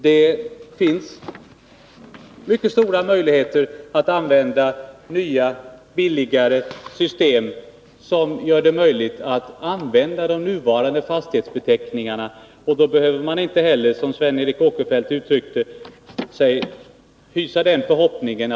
Det finns mycket stora möjligheter att använda nya, billigare system som gör det möjligt att använda de nuvarande fastighetsbeteckningarna. Det nuvarande systemet plockar ju bort en del fastighetsbeteckningar och konstruerar nya och svåra namn.